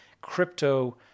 crypto